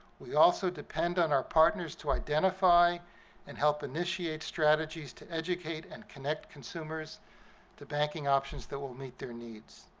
we also depend on our partners to identify and help initiate strategies to educate and connect consumers to banking options that will meet their needs.